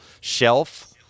shelf